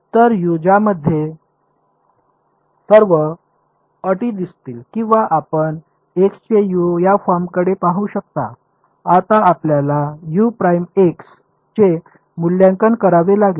तर ज्यामध्ये सर्व अटी दिसतील किंवा आपण x चे u या फॉर्मकडे पाहू शकता आता आपल्याला चे मूल्यांकन करावे लागेल